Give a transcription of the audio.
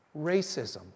racism